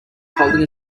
holding